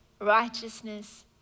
Righteousness